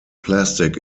plastic